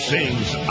Sings